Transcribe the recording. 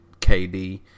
KD